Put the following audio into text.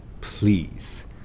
please